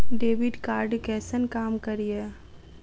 Debit card कैसन काम करेया?